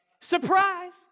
Surprise